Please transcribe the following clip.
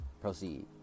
Proceed